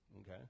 Okay